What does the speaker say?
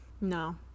No